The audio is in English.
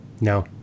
No